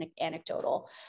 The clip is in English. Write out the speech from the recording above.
anecdotal